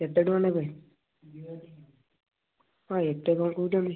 କେତେ ଟଙ୍କା ନେବେ କଣ ଏତେ କଣ କହୁଛନ୍ତି